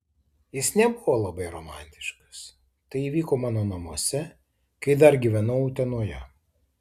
jis nebuvo labai romantiškas tai įvyko mano namuose kai dar gyvenau utenoje